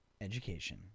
education